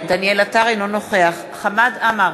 אינו נוכח חמד עמאר,